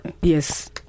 Yes